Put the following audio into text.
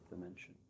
dimension